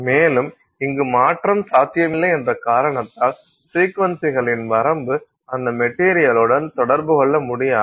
மேலும் இங்கு மாற்றம் சாத்தியமில்லை என்ற காரணத்தால் ஃப்ரீக்வென்சிகளின் வரம்பு அந்த மெட்டீரியலுடன் தொடர்பு கொள்ள முடியாது